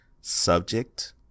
subject